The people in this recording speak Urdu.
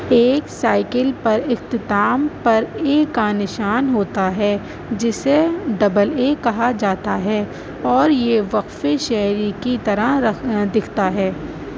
ایک سائیکل پر اختتام پر اے کا نشان ہوتا ہے جسے ڈبل اے کہا جاتا ہے اور یہ وقف شعری کی طرح رکھ دکھتا ہے